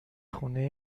خونه